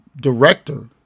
director